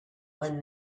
when